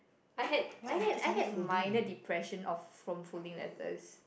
I had I had I had minor depression of from folding letters